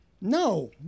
No